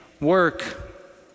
work